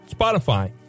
Spotify